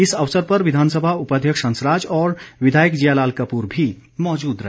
इस अवसर पर विधानसभा उपाध्यक्ष हंसराज और विधायक जियालाल कपूर भी मौजूद रहे